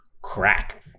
crack